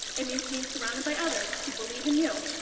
it means being surrounded by others who believe in you,